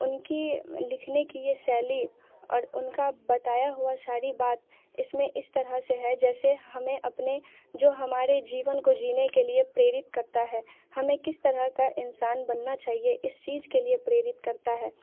उनकी लिखने की ये शैली और उनका बताया हुआ सारी बात इसमें इस तरह से है जैसे हमें अपने जो हमारे जीवन को जीने के लिए प्रेरित करता है हमें किस तरह का इन्सान बनना चाहिए इस चीज के लिए प्रेरित करता है